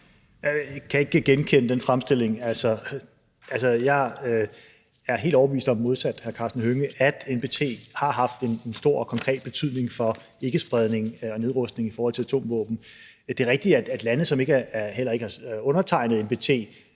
Jeg kan ikke genkende den fremstilling. Jeg er helt overbevist om modsat hr. Karsten Hønge, at NPT har haft en stor og konkret betydning for ikkespredning og nedrustning i forhold til atomvåben. Det er rigtigt, at lande, som heller ikke har undertegnet NPT,